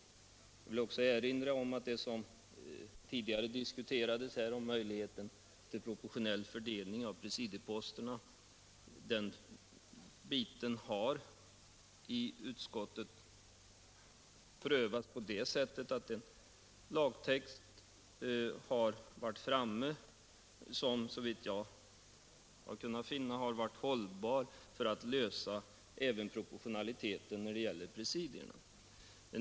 Jag vill också erinra om en sak när det gäller det som tidigare diskuterades, alltså möjlighet till proportionell fördelning av presidieposterna. Den frågan har prövats av utskottet på det sättet att lagtext har varit framme som, såvitt jag har kunnat finna, varit hållbar vad avser en lösning även av frågan om proportionaliteten när det gäller presidierna.